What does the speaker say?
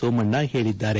ಸೋಮಣ್ಣ ಹೇಳಿದ್ದಾರೆ